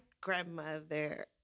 grandmother